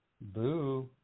Boo